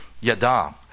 yada